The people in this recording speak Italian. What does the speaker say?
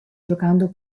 giocando